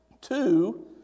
two